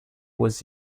was